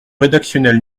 rédactionnel